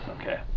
Okay